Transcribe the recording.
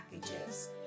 packages